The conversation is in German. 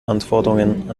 anforderungen